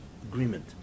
agreement